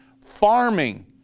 farming